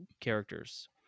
characters